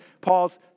Paul's